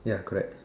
ya correct